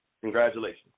Congratulations